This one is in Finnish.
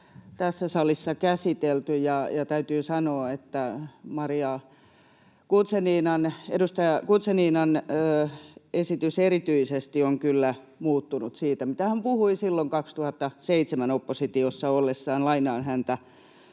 tässä salissa käsitelty. Täytyy sanoa, että edustaja Maria Guzeninan esitys erityisesti on kyllä muuttunut siitä, mitä hän puhui silloin 2007 oppositiossa ollessaan. Lainaan häntä: